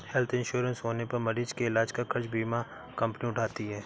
health insurance होने पर मरीज के इलाज का खर्च बीमा कंपनी उठाती है